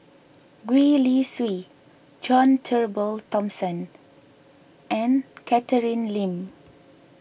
Gwee Li Sui John Turnbull Thomson and Catherine Lim